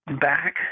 back